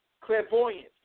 clairvoyance